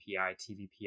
TVPI